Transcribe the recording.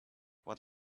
what